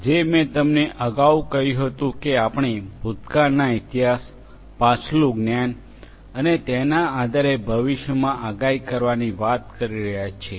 જે મેં તમને અગાઉ કહ્યું હતું કે આપણે ભૂતકાળના ઇતિહાસ પાછલૂ જ્ઞાન અને તેના આધારે ભવિષ્યમાં આગાહી કરવાની વાત કરી રહ્યા છીએ